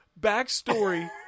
backstory